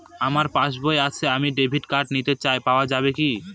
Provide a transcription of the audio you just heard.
আমার পাসবই আছে আমি ডেবিট কার্ড নিতে চাই পাওয়া যাবে কি?